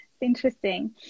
interesting